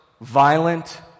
violent